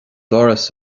doras